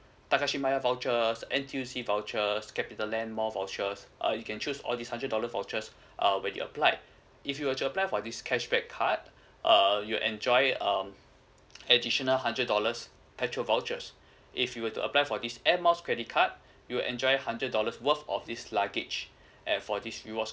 Takashimaya vouchers N_T_U_C vouchers CapitaLand mall vouchers so uh you can choose all these hundred dollar vouchers uh where you apply if you were to apply for this cashback card err you enjoy um additional hundred dollars petrol vouchers if you were to apply for this airmiles credit card you'll enjoy hundred dollars worth of this luggage and for this rewards